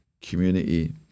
community